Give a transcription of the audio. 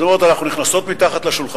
אז הן אומרות: אנחנו נכנסות מתחת לשולחן,